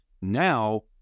Now